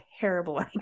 terrible